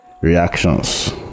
reactions